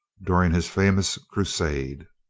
during his famous crusade.